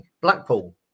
Blackpool